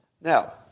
Now